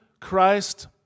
Christ